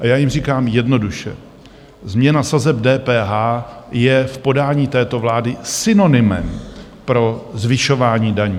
A já jim říkám: jednoduše, změna sazeb DPH je v podání této vlády synonymem pro zvyšování daní.